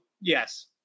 Yes